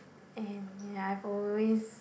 and ya I've always